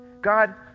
God